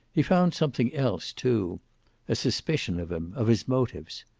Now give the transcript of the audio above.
he found something else, too a suspicion of him, of his motives.